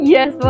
Yes